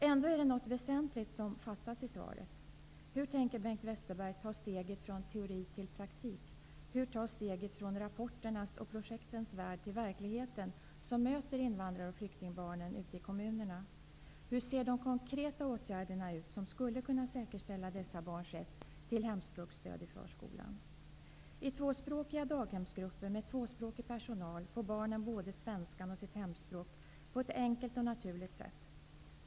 Ändå är det något väsentligt som fattas i svaret. Hur tänker Bengt Westerberg ta steget från teori till praktik? Hur ta steget från rapporternas och projektens värld till verkligheten som möter invandrar och flyktingbarnen ute i kommunerna? I tvåspråkiga daghemsgrupper med tvåspråkig personal får barnen både svenskan och sitt hemspråk på ett enkelt och naturligt sätt.